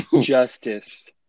justice